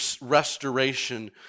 restoration